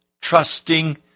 trusting